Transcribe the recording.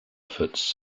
efforts